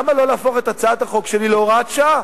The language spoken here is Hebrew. למה לא להפוך את הצעת החוק שלי להוראת שעה?